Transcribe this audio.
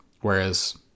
Whereas